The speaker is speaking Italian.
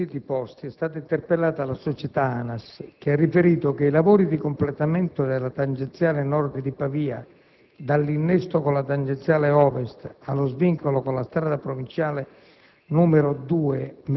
In merito ai quesiti posti, è stata interpellata la società ANAS che ha riferito che i lavori di completamento della tangenziale nord di Pavia dall'innesto con la tangenziale ovest allo svincolo con la strada provinciale